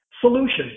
Solution